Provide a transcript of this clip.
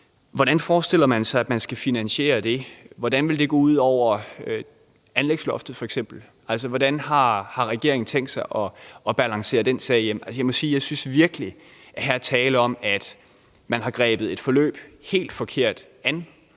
Hvordan forestiller man sig at man skal finansiere det? Hvordan vil det f.eks. gå ud over anlægsloftet? Hvordan har regeringen tænkt sig at balancere den sag hjem? Jeg må sige, at jeg virkelig synes, at der her er tale om, at man har grebet et forløb helt forkert an